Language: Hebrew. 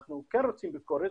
אנחנו כן רוצים ביקורת,